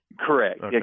Correct